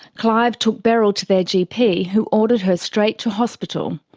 clive took beryl to their gp who ordered her straight to hospital.